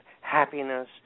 happiness